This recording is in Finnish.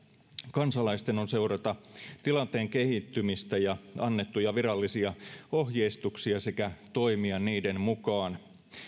kansalaisten on seurata tilanteen kehittymistä ja annettuja virallisia ohjeistuksia sekä toimia niiden mukaan